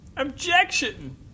Objection